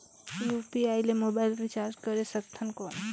UPI ले mobile recharge करे सकथन कौन?